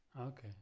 Okay